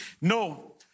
No